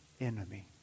enemy